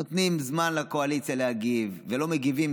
נותנים זמן לקואליציה להגיב ולא מגיבים,